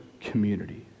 community